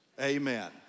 Amen